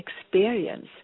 experience